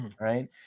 right